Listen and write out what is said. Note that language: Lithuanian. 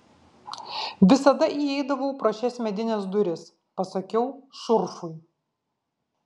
visada įeidavau pro šias medines duris pasakiau šurfui